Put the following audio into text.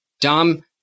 Dom